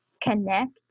connect